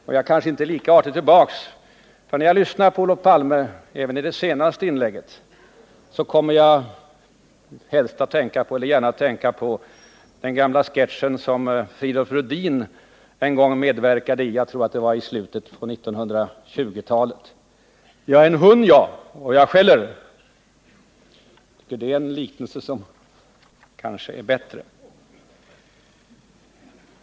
Men jag kanske inte är lika artig tillbaka, för när jag lyssnade även till Olof Palme i hans senaste inlägg kom jag att tänka på den gamla sketch som Fridolf Rhudin en gång medverkade i jag tror det var i slutet på 1920-talet: ”Jag är en hund jag, och jag skäller.” Det är en liknelse som kanske är bättre.